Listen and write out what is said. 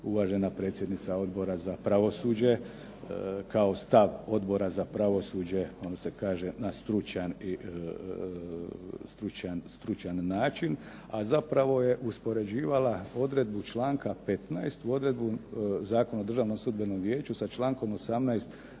uvažena predsjednica Odbora za pravosuđe kao stav Odbora za pravosuđe, ono se kaže na stručan, stručan način a zapravo je uspoređivala odredbu članka 15. u odredbu Zakona o Državnom sudbenom vijeću sa člankom 18.